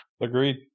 Agreed